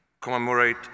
commemorate